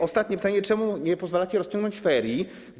Ostatnie pytanie: Czemu nie pozwalacie rozciągnąć ferii?